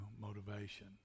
motivation